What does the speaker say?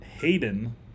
Hayden